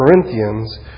Corinthians